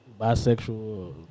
bisexual